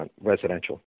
residential